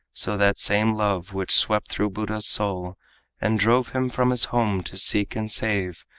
so that same love which swept through buddha's soul and drove him from his home to seek and save,